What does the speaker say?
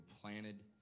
planted